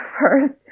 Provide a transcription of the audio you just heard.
first